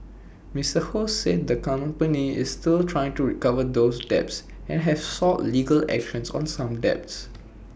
Mister ho said the company is still trying to recover those debts and have sought legal action on some debts